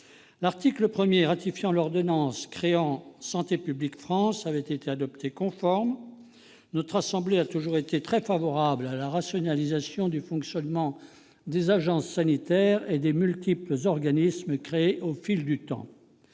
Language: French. L'article 1, tendant à ratifier l'ordonnance créant Santé publique France, avait été adopté conforme. Notre assemblée a toujours été très favorable à la rationalisation du fonctionnement des agences sanitaires et des multiples organismes créés au fil du temps.